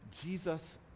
Jesus